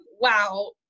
wow